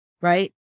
Right